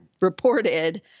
reported